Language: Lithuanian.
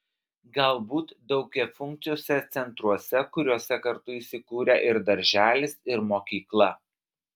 galbūt daugiafunkciuose centruose kuriuose kartu įsikūrę ir darželis ir mokykla